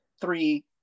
three